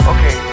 Okay